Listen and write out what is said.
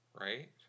right